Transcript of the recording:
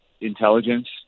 intelligence